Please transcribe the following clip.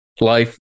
life